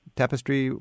tapestry